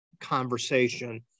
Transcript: conversation